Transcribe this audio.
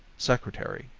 secretary.